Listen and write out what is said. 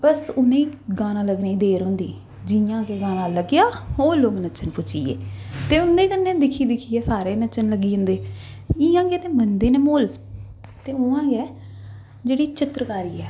बस उ'नें गी गाना लग्गने दी देर होंदी जि'यां गै गाना लग्गेआ ओह् लोग नच्चन पुज्जियै ते उं'दे कन्नै दिक्खी दिक्खियै सारे नच्चन लगी जंदे इ'यां गै ते मनदे न म्हौल ते उ'आं गै जेह्ड़ी चित्तरकारी ऐ